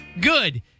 Good